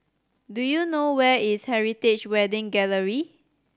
do you know where is Heritage Wedding Gallery